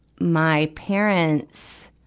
my parents,